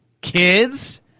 kids